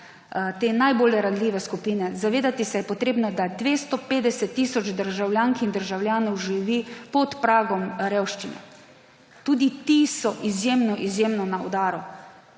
te najbolj ranljive skupine. Zavedati se je treba, da 250 tisoč državljank in državljanov živi pod pragom revščine. Tudi ti so izjemno izjemno na udaru.